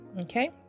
Okay